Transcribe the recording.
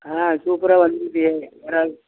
ஆ சூப்பராக வந்திருக்கு இறால்